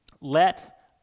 let